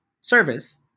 service